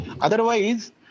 Otherwise